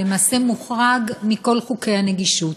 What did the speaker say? למעשה מוחרג מכל חוקי הנגישות,